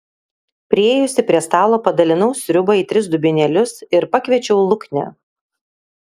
priėjusi prie stalo padalinau sriubą į tris dubenėlius ir pakviečiau luknę